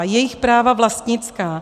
Jejich práva vlastnická.